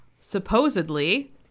supposedly